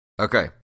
Okay